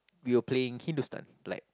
we were playing Hindustan like